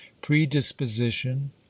predisposition